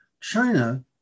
China